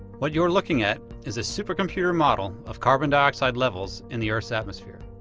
what you're looking at is a super-computer model of carbon dioxide levels in the earth's atmosphere.